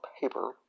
paper